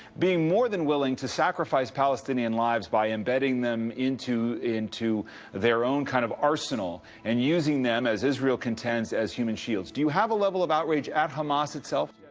being more than willing to sacrifice palestinian lives by embedding them into into their own kind of arsenal and using them, as israel contends, as human shields. do you have a level of outrage at hamas itself?